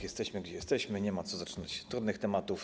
Jesteśmy, gdzie jesteśmy, nie ma co zaczynać od trudnych tematów.